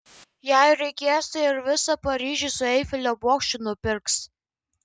jei reikės tai ir visą paryžių su eifelio bokštu nupirks